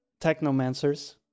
Technomancers